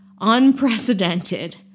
Unprecedented